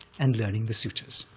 and learning the suttas,